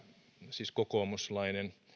siis kokoomuslainen